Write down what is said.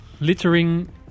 Littering